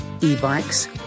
e-bikes